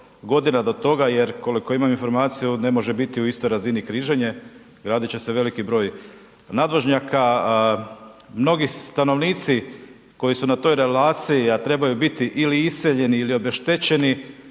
godina do toga jer koliko imam informaciju ne može biti u istoj razini križanje, gradit će se veliki broj nadvožnjaka. Mnogi stanovnici koji su na toj relaciji, a trebaju biti ili iseljeni ili obeštećeni